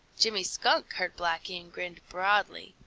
jimmy skunk heard blacky and grinned broadly.